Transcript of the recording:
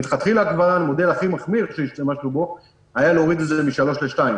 מלכתחילה כבר המודל הכי מחמיר שהשתמשנו בו היה להוריד את זה מ-3 ל-2,